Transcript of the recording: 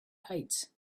heights